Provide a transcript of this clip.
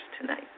tonight